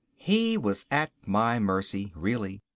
he was at my mercy, really.